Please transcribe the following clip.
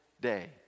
day